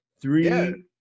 Three